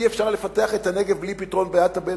אי-אפשר לפתח את הנגב בלי פתרון בעיית הבדואים.